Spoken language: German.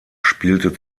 spielte